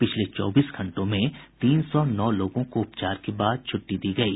पिछले चौबीस घंटों में तीन सौ नौ लोगों को उपचार के बाद छूट्टी दी गयी